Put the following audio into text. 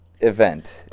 Event